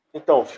Então